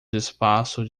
espaços